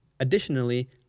Additionally